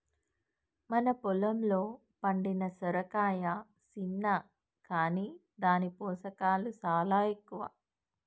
మన పొలంలో పండిన సొరకాయ సిన్న కాని దాని పోషకాలు సాలా ఎక్కువ